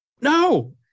no